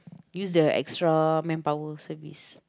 use the extra manpower service